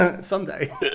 Someday